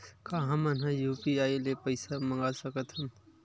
का हमन ह यू.पी.आई ले पईसा मंगा सकत हन?